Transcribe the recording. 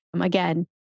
Again